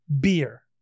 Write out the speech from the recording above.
beer